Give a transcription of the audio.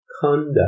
conduct